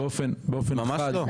ממש לא.